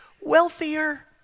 wealthier